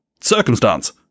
circumstance